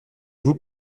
vous